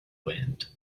wind